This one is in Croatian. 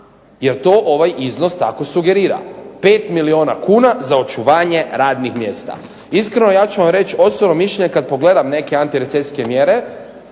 jer to ovaj iznos tako sugerira. 5 milijuna kuna za očuvanje radnih mjesta. Iskreno ja ću vam reći osobno mišljenje kada pogledam neke antirecesijske mjere